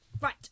right